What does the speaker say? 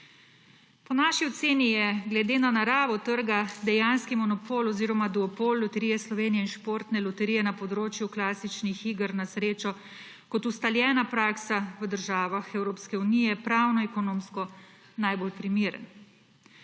Po naši oceni je glede na naravo trga dejanski monopol oziroma duopol Loterije Slovenije in Športne loterije na področju klasičnih iger na srečo kot ustaljena praksa v državah Evropske unije pravno, ekonomsko najbolj primeren.